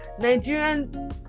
Nigerian